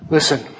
Listen